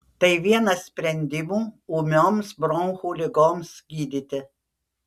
tai vienas sprendimų ūmioms bronchų ligoms gydyti